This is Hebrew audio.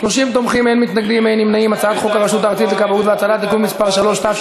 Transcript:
הרשות הארצית לכבאות והצלה (תיקון מס' 3),